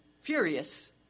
furious